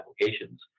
applications